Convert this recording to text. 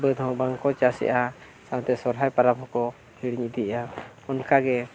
ᱵᱟᱹᱫᱽ ᱦᱚᱸ ᱵᱟᱝᱠᱚ ᱪᱟᱥᱮᱜᱼᱟ ᱥᱟᱶᱛᱮ ᱥᱚᱦᱨᱟᱭ ᱯᱟᱨᱟᱵᱽ ᱦᱚᱸᱠᱚ ᱦᱤᱲᱤᱧ ᱤᱫᱤᱭᱮᱜᱼᱟ ᱚᱱᱠᱟᱜᱮ